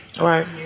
Right